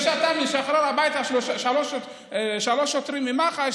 זה שאתה משחרר הביתה שלושה שוטרים ממח"ש,